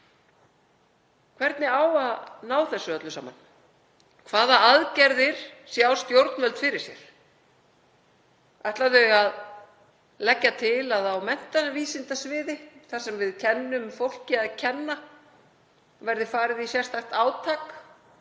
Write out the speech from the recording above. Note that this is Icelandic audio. Hvernig á að ná þessu öllu saman? Hvaða aðgerðir sjá stjórnvöld fyrir sér? Ætla þau að leggja til að á menntavísindasviði, þar sem við kennum fólki að kenna, verði farið í sérstakt átak